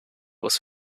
was